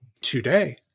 Today